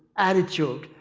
attitude.